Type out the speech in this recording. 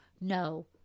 no